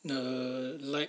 err like